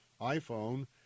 iPhone